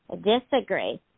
disagree